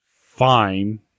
Fine